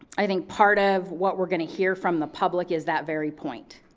i think part of what we're gonna hear from the public is that very point.